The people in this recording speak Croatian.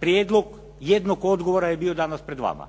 Prijedlog jednog odgovora je bio danas pred vama,